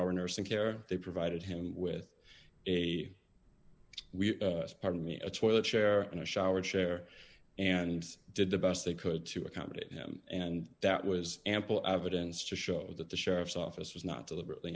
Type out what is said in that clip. hour nursing care they provided him with a we are me a toilet chair in the shower chair and did the best they could to accommodate him and that was ample evidence to show that the sheriff's office was not deliberately